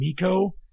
Miko